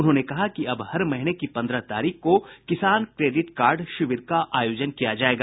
उन्होंने कहा कि अब हर महीने की पंद्रह तारीख को किसान क्रोडिट कार्ड शिविर का आयोजन किया जायेगा